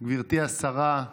גברתי השרה,